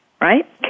right